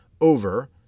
over